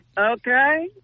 okay